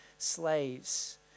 slaves